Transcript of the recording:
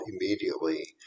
immediately